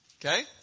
Okay